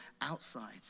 outside